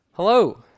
Hello